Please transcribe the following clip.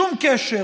שום קשר,